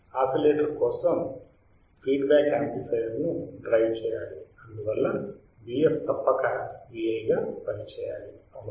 oscillator కోసం feedback amplifier ను drive చేయాలి అందువల్ల Vf తప్పక Vi గా పనిచేయాలి అవునా